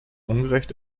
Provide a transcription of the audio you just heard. ungerecht